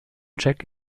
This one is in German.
check